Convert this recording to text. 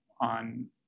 on